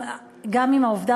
גם אם העובדה,